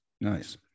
Nice